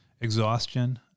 exhaustion